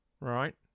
Right